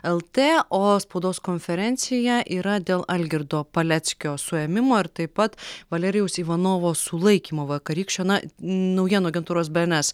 lt o spaudos konferencija yra dėl algirdo paleckio suėmimo ir taip pat valerijaus ivanovo sulaikymo vakarykščio na naujienų agentūros bns